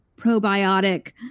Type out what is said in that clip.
probiotic